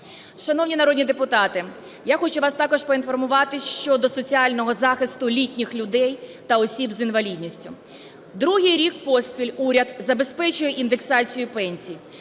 Шановні народні депутати, я хочу вас також поінформувати щодо соціального захисту літніх людей та осіб з інвалідністю. Другий рік поспіль уряд забезпечує індексацію пенсій.